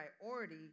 priority